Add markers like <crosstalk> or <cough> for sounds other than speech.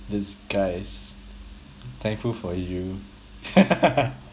this guy is thankful for you <laughs>